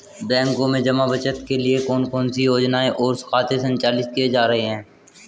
बैंकों में जमा बचत के लिए कौन कौन सी योजनाएं और खाते संचालित किए जा रहे हैं?